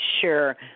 Sure